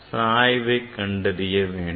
சாய்வை கண்டறிய வேண்டும்